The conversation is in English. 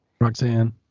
Roxanne